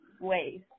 ways